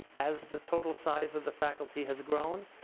as the total size of the faculty has grown,